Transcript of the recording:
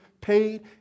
paid